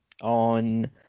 on